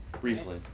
briefly